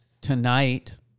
tonight